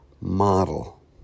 model